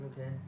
Okay